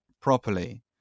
properly